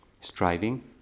striving